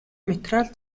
материал